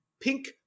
pink